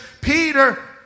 Peter